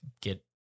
get